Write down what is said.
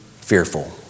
fearful